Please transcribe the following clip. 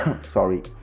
sorry